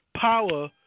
power